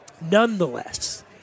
nonetheless